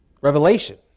Revelation